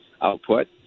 output